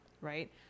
right